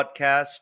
podcast